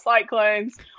cyclones